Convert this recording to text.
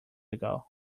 ago